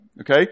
okay